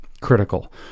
critical